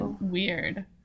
weird